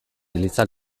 eliza